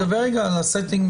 אני מדבר על הסטינג,